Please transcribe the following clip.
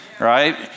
Right